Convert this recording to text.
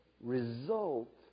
result